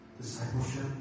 Discipleship